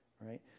right